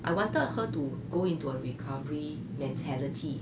I wanted her to go into a recovery mentality